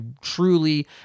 truly